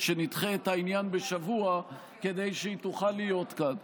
שנדחה את העניין בשבוע כדי שהיא תוכל להיות כאן.